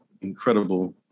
incredible